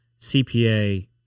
CPA